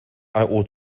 ought